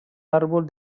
árbol